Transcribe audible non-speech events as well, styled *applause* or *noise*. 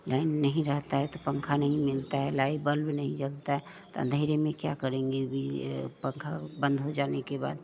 line नहीं रहता है तो पंखा नहीं मिलता है *unintelligible* बल्ब नहीं जलता है तो अंधेरे में क्या करेंगे बीज पंखा बंद हो जाने के बाद